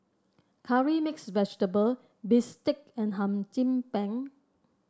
curry mix vegetable bistake and Hum Chim Peng